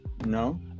no